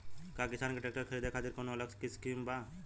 का किसान के ट्रैक्टर खरीदे खातिर कौनो अलग स्किम बा?